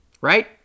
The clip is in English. right